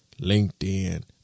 LinkedIn